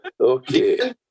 Okay